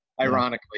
Ironically